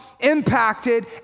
impacted